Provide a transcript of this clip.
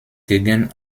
gegen